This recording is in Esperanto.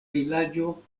vilaĝo